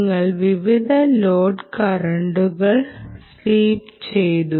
നിങ്ങൾ വിവിധ ലോഡ് കറന്റുകൾ സ്വൈപ്പ് ചെയ്തു